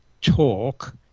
talk